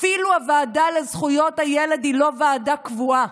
אפילו הוועדה לזכויות הילד היא לא ועדה קבועה,